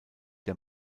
der